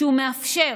שהוא מאפשר,